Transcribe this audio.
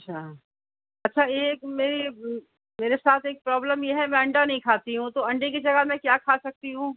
اچھا اچھا ایک میری میرے ساتھ ایک پرابلم یہ ہے میں انڈا نہیں کھاتی ہوں تو انڈے کی جگہ میں کیا کھا سکتی ہوں